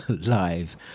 live